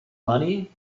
money